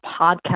podcast